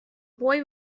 boy